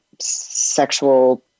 sexual